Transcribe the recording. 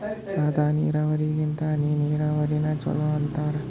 ಸಾದ ನೀರಾವರಿಗಿಂತ ಹನಿ ನೀರಾವರಿನ ಚಲೋ ಅಂತಾರ